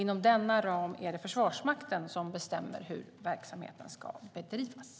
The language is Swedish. Inom denna ram är det Försvarsmakten som bestämmer hur verksamheten ska bedrivas.